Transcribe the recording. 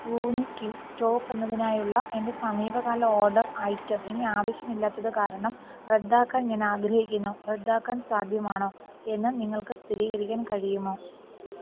വൂനിക്കിൽ top എന്നതിനായുള്ള എൻ്റെ സമീപകാല ഓർഡർ ഐറ്റം ഇനി ആവശ്യമില്ലാത്തത് കാരണം റദ്ദാക്കാൻ ഞാൻ ആഗ്രഹിക്കുന്നു റദ്ദാക്കൽ സാധ്യമാണോ എന്ന് നിങ്ങൾക്ക് സ്ഥിരീകരിക്കാൻ കഴിയുമോ